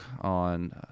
on